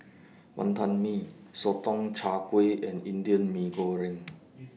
Wantan Mee Sotong Char Kway and Indian Mee Goreng